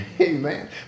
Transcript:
amen